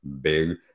big